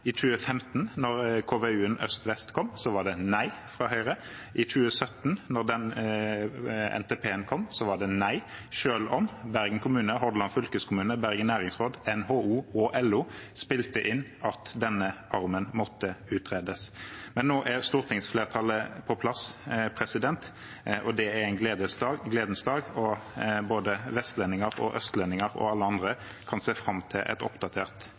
I 2015, da KVU-en om øst–vest kom, var det nei fra Høyre. I 2017, da NTP-en kom, var det nei – selv om Bergen kommune, Hordaland fylkeskommune, Bergen næringsråd, NHO og LO spilte inn at denne armen måtte utredes. Men nå er stortingsflertallet på plass, og det er en gledens dag. Både vestlendinger, østlendinger og alle andre kan se fram til oppdatert